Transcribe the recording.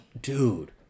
Dude